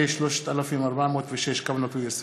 פ/3406/20,